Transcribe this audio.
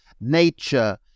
nature